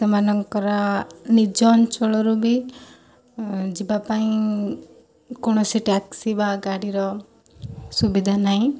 ସେମାନଙ୍କର ନିଜ ଅଞ୍ଚଳରୁ ବି ଯିବାପାଇଁ କୌଣସି ଟ୍ୟାକ୍ସି ବା ଗାଡ଼ିର ସୁବିଧା ନାହିଁ